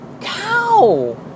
Cow